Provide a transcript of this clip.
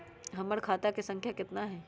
हमर खाता के सांख्या कतना हई?